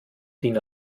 din